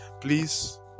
Please